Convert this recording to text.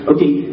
Okay